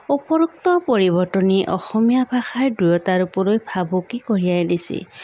উপৰোক্ত পৰিবৰ্তনে অসমীয়া ভাষাৰ দৃঢ়তাৰ ওপৰত ভাবুকি কঢ়িয়াই আনিছে